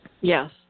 Yes